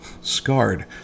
scarred